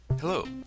Hello